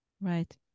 Right